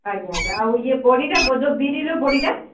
ଆଜ୍ଞା ଆଜ୍ଞା ଆଉ ଇଏ ବଡ଼ିଟା ଯେଉଁ ବିରିର ବଡ଼ିଟା